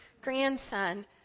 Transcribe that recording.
grandson